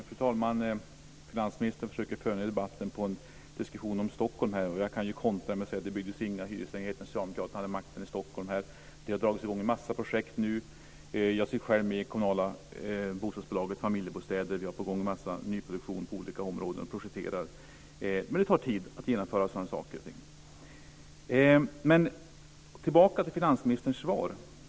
Fru talman! Finansministern försöker föra in debatten på en diskussion om Stockholm. Jag kan kontra med att säga att det inte byggdes några hyreslägenheter när socialdemokraterna hade makten i Stockholm. Nu har det dragits i gång en mängd projekt. Jag sitter själv med i det kommunala bostadsbolaget Familjebostäder. Vi har nyproduktion på gång i olika områden. Vi projekterar. Men det tar tid att genomföra. Tillbaka till finansministerns svar.